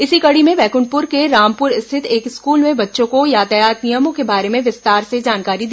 इसी कड़ी में बैकुंठपुर के रामपुर स्थित एक स्कूल में बच्चों को यातायात नियमों के बारे में विस्तार से जानकारी दी गई